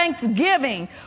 thanksgiving